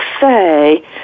say